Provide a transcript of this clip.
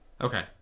okay